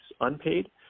unpaid